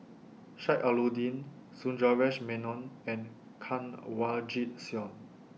Sheik Alau'ddin Sundaresh Menon and Kanwaljit Soin